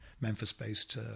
Memphis-based